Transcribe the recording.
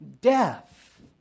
death